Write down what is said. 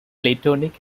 platonic